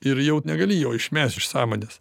ir jau negali jo išmest iš sąmonės